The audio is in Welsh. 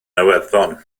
iwerddon